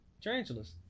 Tarantulas